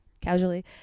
casually